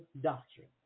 Doctrine